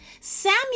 Samuel